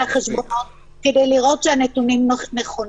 החשבונות כדי לראות שהנתונים נכונים.